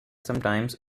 sometimes